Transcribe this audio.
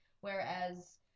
whereas